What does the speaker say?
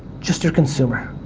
just your consumer.